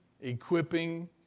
equipping